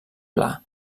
pla